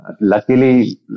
luckily